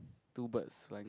two birds flying